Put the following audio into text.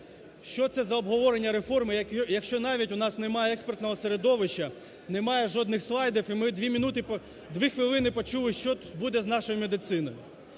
Що це за обговорення реформи, якщо навіть у нас немає експертного середовища, немає жодних слайдів, і ми в дві хвилини почули, що буде з нашою медициною.